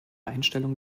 einstellung